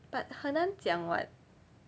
but 很难讲 [what]